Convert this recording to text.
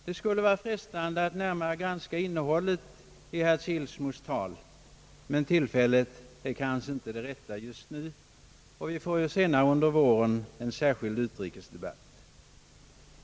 Det skulle vara frestande att närmare ganska innehållet i herr Kilsmos tal, men tillfället är kanske inte det rätta just nu, och vi har senare under våren en särskild utrikesdebatt.